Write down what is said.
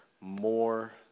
more